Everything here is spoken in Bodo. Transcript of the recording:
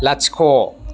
लाथिख'